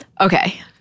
Okay